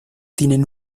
tienen